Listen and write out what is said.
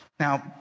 Now